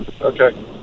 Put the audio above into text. okay